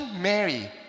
Mary